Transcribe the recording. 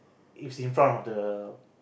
is in front of the